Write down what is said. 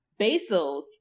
Basils